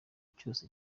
cyose